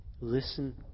Listen